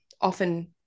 often